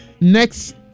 next